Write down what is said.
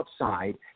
outside